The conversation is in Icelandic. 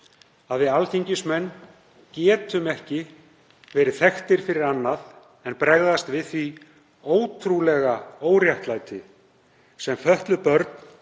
að við alþingismenn getum ekki verið þekktir fyrir annað en að bregðast við því ótrúlega óréttlæti sem fötluð börn